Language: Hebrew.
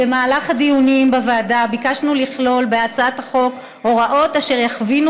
במהלך הדיונים בוועדה ביקשנו לכלול בהצעת החוק הוראות אשר יכווינו